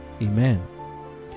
amen